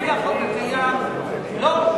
לפי החוק הקיים אין,